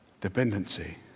Dependency